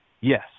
Yes